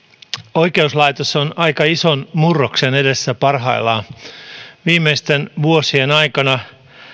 oikeuslaitos on aika ison murroksen edessä parhaillaan viimeisten vuosien aikana